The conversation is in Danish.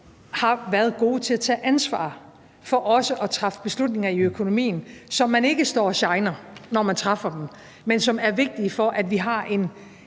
har været gode til at tage ansvar for også at træffe beslutninger om økonomien, så man ikke står og shiner, når man træffer dem, men som er vigtige for, at vi har en